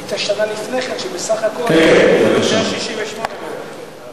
היתה שנה לפני כן, כשבסך הכול 168 כן,